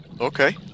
Okay